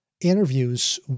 interviews